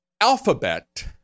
alphabet